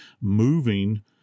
moving